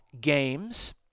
games